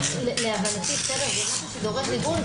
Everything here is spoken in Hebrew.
להבנתי זה דבר שדורש ליבון.